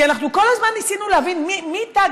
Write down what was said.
כי אנחנו כל הזמן ניסינו להבין מי תג